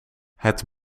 het